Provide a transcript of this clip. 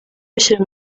bashyira